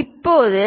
இப்போது